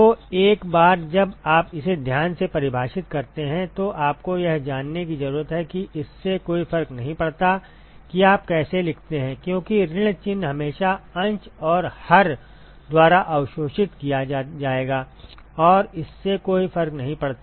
तो एक बार जब आप इसे ध्यान से परिभाषित करते हैं तो आपको यह जानने की जरूरत है कि इससे कोई फर्क नहीं पड़ता कि आप कैसे लिखते हैं क्योंकि ऋण चिह्न हमेशा अंश और हर द्वारा अवशोषित किया जाएगा और इससे कोई फर्क नहीं पड़ता